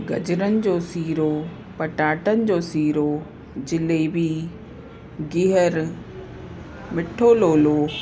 गजरनि जो सीरो पटाटनि जो सीरो जलेबी गिहरु मीठो लोलो